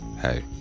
Hey